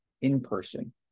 in-person